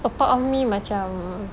a part of me macam